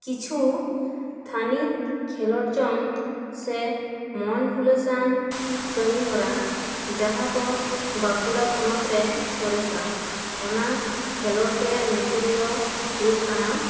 ᱠᱤᱪᱷᱩ ᱛᱷᱟᱹᱱᱤᱛ ᱠᱷᱮᱞᱳᱰ ᱡᱚᱝ ᱥᱮ ᱢᱚᱱ ᱦᱩᱞᱟᱹᱥᱟᱱ ᱠᱟᱹᱢᱤ ᱦᱚᱨᱟ ᱡᱟᱦᱟᱸ ᱫᱚ ᱵᱟᱸᱠᱩᱲᱟ ᱯᱚᱱᱚᱛ ᱨᱮ ᱥᱚᱨᱮᱥᱟ ᱚᱱᱟ ᱠᱷᱮᱞᱳᱰ ᱨᱮᱭᱟᱜ ᱧᱩᱛᱩᱢ ᱫᱚ ᱦᱩᱭᱩᱜ ᱠᱟᱱᱟ